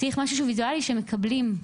צריך משהו ויזואלי שמקבלים.